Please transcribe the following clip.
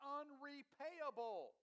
unrepayable